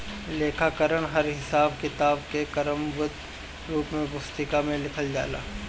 लेखाकरण हर हिसाब किताब के क्रमबद्ध रूप से पुस्तिका में लिखल जाला